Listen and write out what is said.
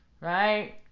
Right